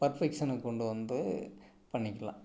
பர்ஃபெக்ஷனை கொண்டு வந்து பண்ணிக்கலாம்